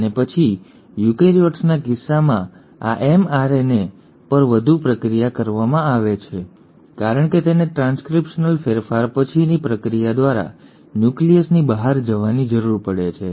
અને પછી યુકેરીયોટ્સના કિસ્સામાં આ એમઆરએનએ પર વધુ પ્રક્રિયા કરવામાં આવે છે કારણ કે તેને ટ્રાન્સક્રિપ્શનલ ફેરફાર પછીની પ્રક્રિયા દ્વારા ન્યુક્લિયસની બહાર જવાની જરૂર પડે છે